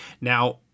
Now